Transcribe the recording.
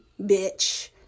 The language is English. bitch